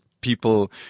People